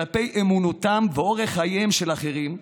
כלפי אמונתם ואורח חייהם של אחרים,